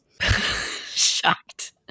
Shocked